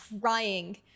crying